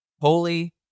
holy